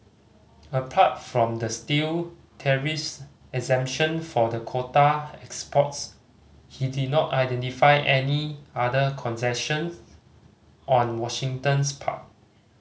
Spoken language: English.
apart from the steel tariffs exemption for the quota exports he did not identify any other concessions on Washington's part